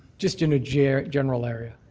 just in a general general area.